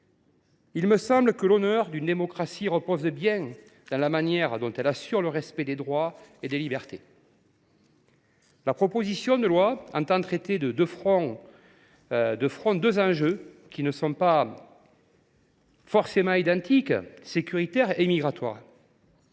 il me semble que l’honneur d’une démocratie réside bien dans la manière dont elle assure le respect des droits et des libertés. La proposition de loi entend traiter de front deux enjeux qui ne se confondent pas : le sécuritaire et le migratoire.